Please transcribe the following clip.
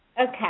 Okay